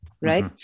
right